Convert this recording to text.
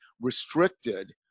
restricted